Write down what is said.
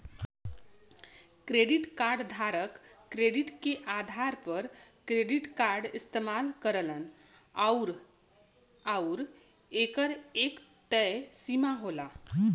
credit card धारक credit के आधार पर क्रेडिट कार्ड इस्तेमाल करलन आउर एकर एक तय सीमा होला